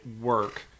work